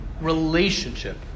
relationship